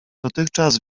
dotychczas